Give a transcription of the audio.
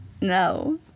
No